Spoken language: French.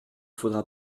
faudra